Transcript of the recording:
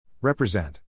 Represent